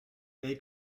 they